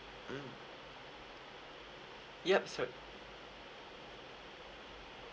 mm yup sir